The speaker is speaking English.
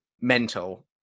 mental